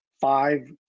five